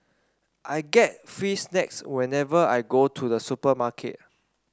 I get free snacks whenever I go to the supermarket